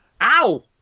Ow